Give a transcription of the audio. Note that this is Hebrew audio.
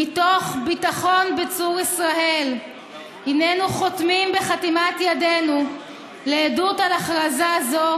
"מתוך ביטחון בצור ישראל היננו חותמים בחתימת ידינו לעדות על הכרזה זו,